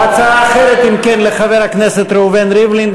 הצעה אחרת, אם כן, לחבר הכנסת ראובן ריבלין.